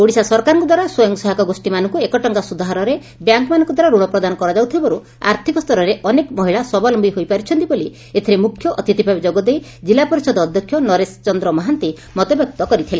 ଓଡିଶା ସରକାରଙ୍କ ଦ୍ୱାରା ସ୍ୱୟଂ ସହାୟକ ଗୋଷୀ ମାନଙ୍କୁ ଏକ ଟଙ୍କା ସୁଧ ହାରରେ ବ୍ୟାଙ୍କ୍ ମାନଙ୍କ ଦ୍ୱାରା ଋଣ ପ୍ରଦାନ କରାଯାଉଥିବାରୁ ଆର୍ଥିକ ସ୍ତରରେ ଅନେକ ମହିଳା ସ୍ୱାବଲୟୀ ହୋଇପାରିଛନ୍ତି ବୋଲି ଏଥିରେ ମୁଖ୍ୟ ଅତିଥି ଭାବେ ଯୋଗଦେଇ ଜିଲ୍ଲା ପରିଷଦ ଅଧ୍ଧକ୍ଷ ନରେଶ ଚନ୍ଦ୍ର ମହାନ୍ତି ମତବ୍ୟକ୍ତ କରିଥିଲେ